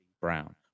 Brown